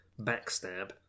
backstab